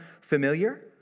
familiar